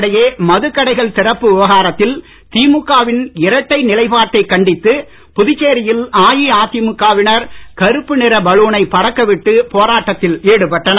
இதனிடையே மதுக் கடைகள் திறப்பு விவகாரத்தில் திமுக வின் இரட்டை நிலைப்பாட்டைக் கண்டித்து புதுச்சேரியில் அஇஅதிமுகவினர் கருப்பு நிற பலூனை பறக்க விட்டு போராட்டத்தில் ஈடுபட்டனர்